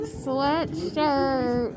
sweatshirt